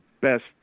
best